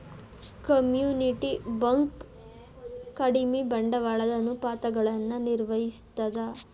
community bank ಕಡಿಮಿ ಬಂಡವಾಳದ ಅನುಪಾತಗಳನ್ನ ನಿರ್ವಹಿಸ್ತದ